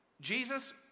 Jesus